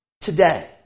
today